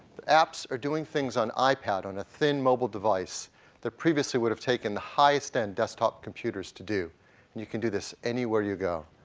the apps are doing things on ipad on a thin mobile device that previously would have taken high-end desktop computers to do. and you can do this anywhere you go.